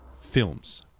films